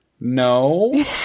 No